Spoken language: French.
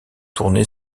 tournée